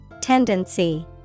Tendency